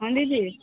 ହଁ ଦିଦି